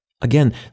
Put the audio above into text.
Again